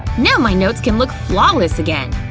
now my notes can look flawless again.